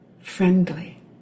Friendly